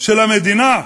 של המדינה,